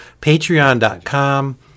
patreon.com